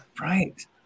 right